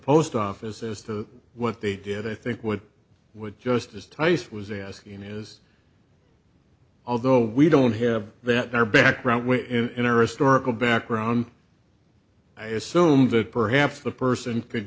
post office as to what they did i think what would justice tice was asking is although we don't have that in our background interest oracle background i assumed that perhaps the person could